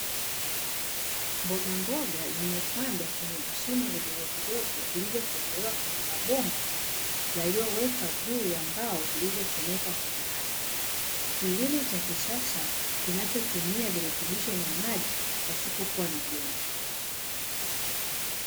Mbogamboga zimepandwa kwenye vishimo vidogovidogo vilivyotobolewa kwenye mabomba, yaliyowekwa juu ya mbao zilizochomekwa kwenye ardhi. Kilimo cha kisasa kinachotumia virutubisho na maji pasipokuwa na udongo.